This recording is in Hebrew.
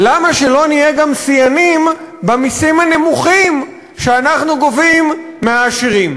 למה שלא נהיה גם שיאנים במסים הנמוכים שאנחנו גובים מהעשירים?